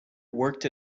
worked